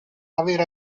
aver